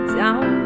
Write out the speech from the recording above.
down